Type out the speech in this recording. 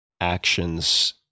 actions